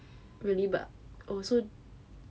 really but also